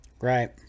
right